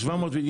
ה-700 מיליון.